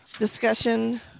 discussion